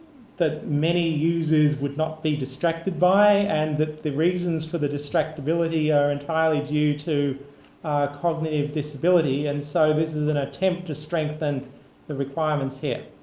many users would not be distracted by, and that the reasons for the distractibility are entirely due to cognitive disability. and so this is an attempt to strengthen the requirements here.